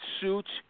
suits